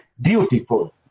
beautiful